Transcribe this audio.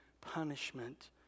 punishment